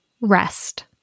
rest